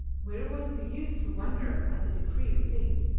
where was the use to wonder at the decrees of fate,